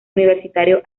universitario